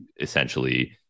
essentially